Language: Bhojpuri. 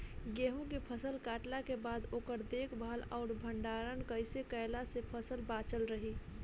गेंहू के फसल कटला के बाद ओकर देखभाल आउर भंडारण कइसे कैला से फसल बाचल रही?